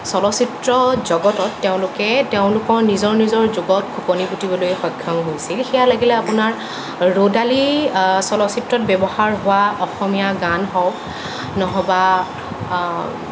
চলচিত্ৰ জগতত তেওঁলোকে তেওঁলোকৰ নিজৰ নিজৰ যুগত খোপনি পুতিবলৈ সক্ষম হৈছিল সেয়া লাগিলে আপোনাৰ ৰ'দালি চলচিত্ৰত ব্যৱহাৰ হোৱা অসমীয়া গান হওক নহয়বা